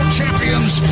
champions